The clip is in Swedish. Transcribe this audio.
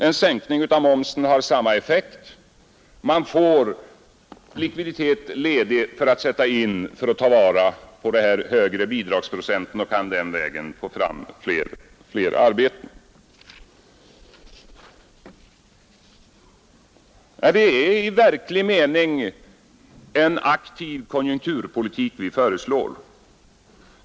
En sänkning av momsen har samma effekt. Man får likviditet ledig som kan sättas in för att ta vara på den högre bidragsprocenten, och på den vägen kan man få fram fler arbeten. Det är i verklig mening en aktiv konjunkturpolitik vi föreslår.